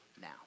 now